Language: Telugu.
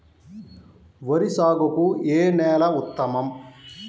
వరి సాగుకు ఏ నేల ఉత్తమం?